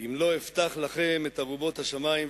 אם לא אפתח לכם את ארובות השמים,